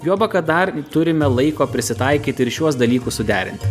juoba kad dar turime laiko prisitaikyti ir šiuos dalykus suderinti